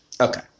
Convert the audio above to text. Okay